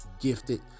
gifted